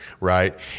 Right